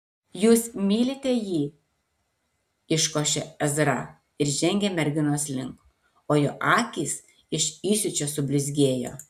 jūs mylite jį iškošė ezra ir žengė merginos link o jo akys iš įsiūčio sublizgėjo